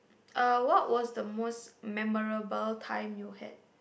uh what was the most memorable time you had